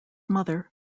mother